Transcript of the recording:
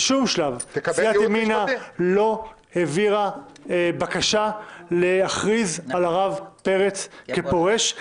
בשום שלב סיעת ימינה לא העבירה בקשה להכריז על הרב פרץ כפורש.